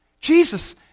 Jesus